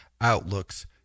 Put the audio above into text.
outlooks